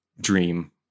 dream